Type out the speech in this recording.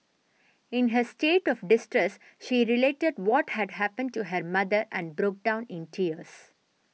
in her state of distress she related what had happened to her mother and broke down in tears